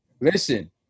Listen